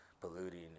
polluting